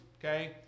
Okay